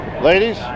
Ladies